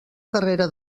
carrera